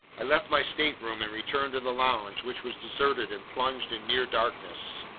i left my stateroom and returned to the lounge, which was deserted and plunged in near darkness.